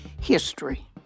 history